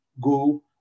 go